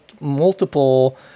multiple